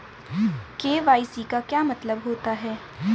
KYC का क्या मतलब होता है?